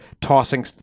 tossing